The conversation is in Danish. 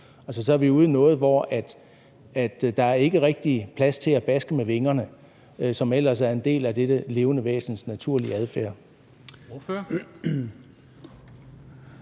så er vi ude i noget, hvor der ikke rigtig er plads til at baske med vingerne, hvilket ellers er en del af dette levende væsens naturlige adfærd.